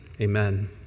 Amen